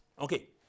Okay